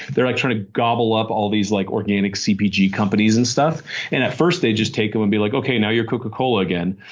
they're like trying to gobble up all these like organic cpg companies and stuff and at first, they just take you and be like, okay. now you're coca-cola again.